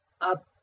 up